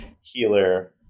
healer